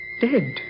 dead